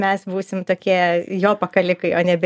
mes būsim tokie jo pakalikai o nebe